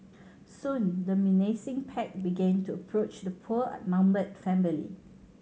soon the menacing pack began to approach the poor outnumbered family